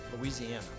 Louisiana